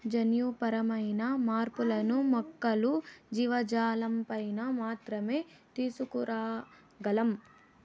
జన్యుపరమైన మార్పులను మొక్కలు, జీవజాలంపైన మాత్రమే తీసుకురాగలం